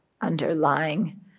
underlying